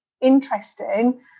interesting